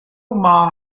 mae